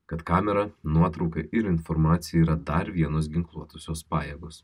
kad kamera nuotrauka ir informacija yra dar vienos ginkluotosios pajėgos